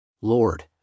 Lord